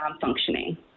functioning